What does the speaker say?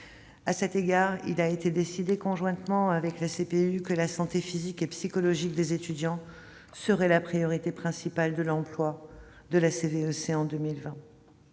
À cet égard, il a été décidé, conjointement avec la CPU, que la santé physique et psychologique des étudiants serait la priorité principale de l'emploi de la CVEC en 2020.